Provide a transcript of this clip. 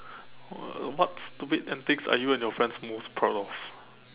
what what stupid antics are you and your friends most proud of